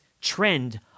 trend